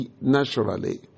naturally